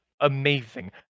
Amazing